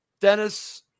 Dennis